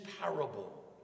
parable